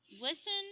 listen